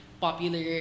popular